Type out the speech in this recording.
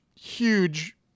huge